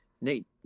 Nate